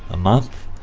a month.